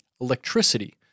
Electricity